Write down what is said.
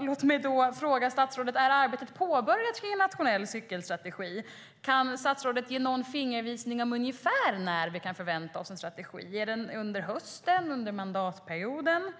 Låt mig då fråga statsrådet: Är arbetet på en nationell cykelstrategi påbörjat? Kan statsrådet ge någon fingervisning om ungefär när vi kan förvänta oss en strategi - blir det under hösten eller under mandatperioden?